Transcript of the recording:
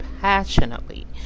passionately